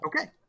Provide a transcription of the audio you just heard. Okay